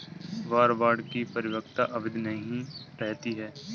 war bond की परिपक्वता अवधि नहीं रहती है